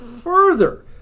further